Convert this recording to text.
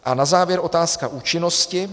A na závěr otázka účinnosti.